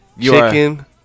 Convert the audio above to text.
chicken